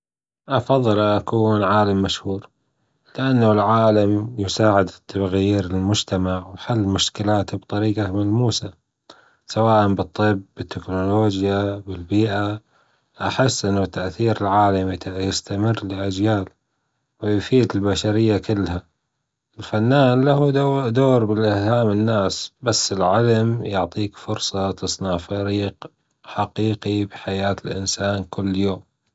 أفضل أكون عالم مشهور، لأنه العالم يساعد في تغيير للمجتمع وحل مشكلاته بطريجة ملموسة، سواء بالطب بالتكنولوجيا بالبيئة. أحس إنه تأثير العالم متى يستمر لأجيال، ويفيد البشرية كلها، الفنان له دور بالإلهام للناس بس العلم يعطيك فرصة تصنع فرج حقيقي بحياة الإنسان كل يوم.